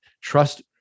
trust